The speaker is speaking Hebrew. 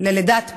ללידת פגים,